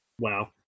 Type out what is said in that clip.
wow